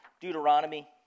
Deuteronomy